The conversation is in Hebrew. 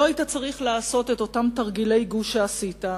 לא היית צריך לעשות את אותם תרגילי הגוש שעשית,